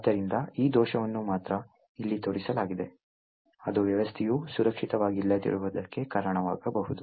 ಆದ್ದರಿಂದ ಈ ದೋಷವನ್ನು ಮಾತ್ರ ಇಲ್ಲಿ ತೋರಿಸಲಾಗಿದೆ ಅದು ವ್ಯವಸ್ಥೆಯು ಸುರಕ್ಷಿತವಾಗಿಲ್ಲದಿರುವುದಕ್ಕೆ ಕಾರಣವಾಗಬಹುದು